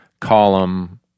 column